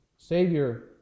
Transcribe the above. Savior